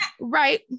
right